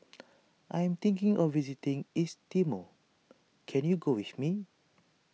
I am thinking of visiting East Timor can you go with me